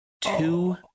two